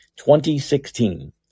2016